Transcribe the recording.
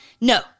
No